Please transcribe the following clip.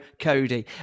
Cody